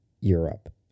Europe